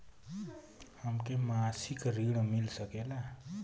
हमके मासिक ऋण मिल सकेला?